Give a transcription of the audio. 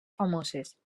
famoses